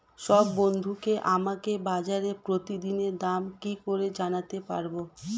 সব বন্ধুকে আমাকে বাজারের প্রতিদিনের দাম কি করে জানাতে পারবো?